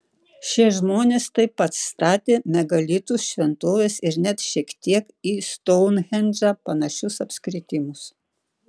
šie žmonės taip pat statė megalitus šventoves ir net šiek tiek į stounhendžą panašius apskritimus